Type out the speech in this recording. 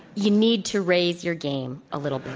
you need to raise your game a little bit.